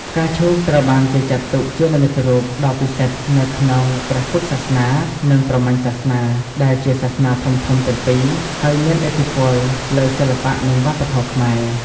ផ្កាឈូកត្រូវបានគេចាត់ទុកជានិមិត្តរូបដ៏ពិសិដ្ឋនៅក្នុងព្រះពុទ្ធសាសនា និងព្រហ្មញ្ញសាសនា ដែលជាសាសនាធំៗទាំងពីរ ហើយមានឥទ្ធិពលលើសិល្បៈ និងវប្បធម៌ខ្មែរ។